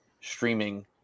streaming